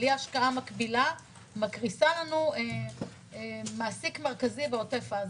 בלי השקעה מקבילה גורמת לקריסה של מעסיק מרכזי בעוטף עזה.